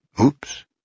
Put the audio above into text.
Oops